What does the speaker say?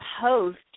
post